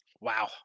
Wow